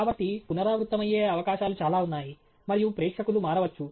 కాబట్టి పునరావృతమయ్యే అవకాశాలు చాలా ఉన్నాయి మరియు ప్రేక్షకులు మారవచ్చు